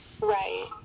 Right